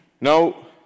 Now